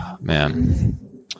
Man